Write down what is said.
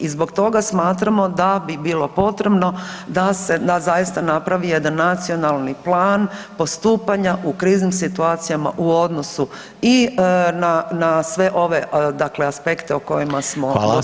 I zbog toga smatramo da bi bilo potrebno da se zaista napravi jedan nacionalni plan postupanja u kriznim situacijama u odnosu i na sve ove dakle aspekte o kojima smo do sada govorili.